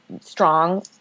strong